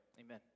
Amen